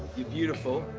you're beautiful,